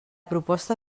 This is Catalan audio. proposta